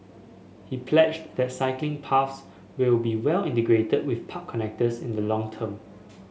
he pledged that cycling paths will be well integrated with park connectors in the long term